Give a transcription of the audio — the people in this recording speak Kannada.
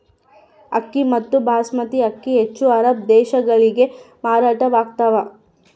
ಅಕ್ಕಿ ಮತ್ತು ಬಾಸ್ಮತಿ ಅಕ್ಕಿ ಹೆಚ್ಚು ಅರಬ್ ದೇಶಗಳಿಗೆ ಮಾರಾಟವಾಗ್ತಾವ